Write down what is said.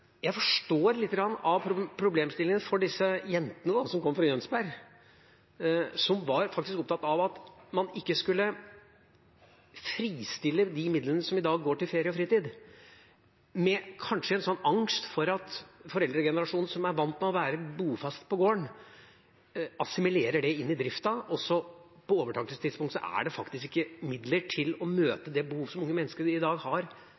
jeg forstår litt av problemstillingen for disse jentene som kommer fra Jønsberg. De var faktisk opptatt av at man ikke skulle fristille de midlene som i dag går til ferie og fritid, kanskje med en angst for at foreldregenerasjonen, som er vant til å være bofast på gården, assimilerer det inn i driften, slik at det på overtakelsestidspunktet faktisk ikke er midler til å møte det behovet som unge mennesker i dag i større grad har,